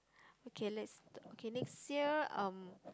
okay let's okay next year um